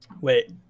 Wait